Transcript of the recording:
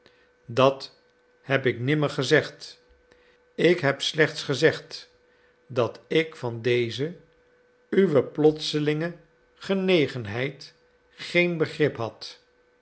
dat heb ik nimmer gezegd ik heb slechts gezegd dat ik van deze uwe plotselinge genegenheid geen begrip had